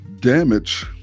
damage